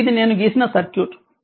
కాబట్టి ఇది నేను గీసిన సర్క్యూట్